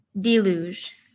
Deluge